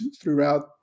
throughout